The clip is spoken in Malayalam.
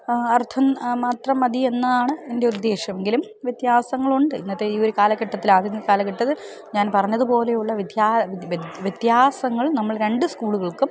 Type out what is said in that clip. അർഥം മാത്രം മതി എന്നാണ് എൻ്റെ ഉദ്ദേശം എങ്കിലും വ്യത്യാസങ്ങളുണ്ട് ഇന്നത്തെ ഈ ഒരു കാലഘട്ടത്തിൽ ആധുനിക കാലഘട്ടത്തിൽ ഞാൻ പറഞ്ഞത് പോലെയുള്ള വ്യത്യാസങ്ങൾ നമ്മൾ രണ്ട് സ്കൂളുകൾക്കും